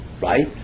right